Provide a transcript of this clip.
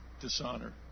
dishonor